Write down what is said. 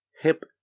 Hip